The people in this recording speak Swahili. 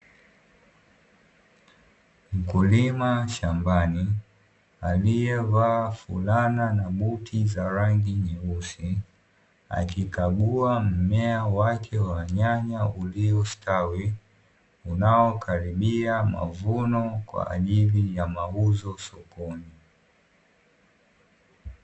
Mkulima shambani aliyevalia flana na buti za rangi nyeusi, akikagua mmea wake wa nyanya uliostawi ,unaokaribia mavuno kwa ajili ya mauzo sokoni.